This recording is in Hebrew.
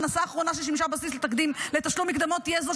ההכנסה האחרונה ששימשה בסיס לתשלום מקדמות תהיה זו